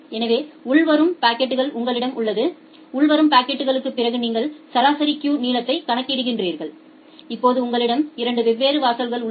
எனவே உள்வரும் பாக்கெட்கள் உங்களிடம் உள்ளது உள்வரும் பாக்கெட்களுக்கு பிறகு நீங்கள் சராசரி கியூ நீளத்தைக் கணக்கிடுகிறீர்கள் இப்போது உங்களிடம் 2 வெவ்வேறு வாசல்கள் உள்ளன